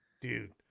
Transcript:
Dude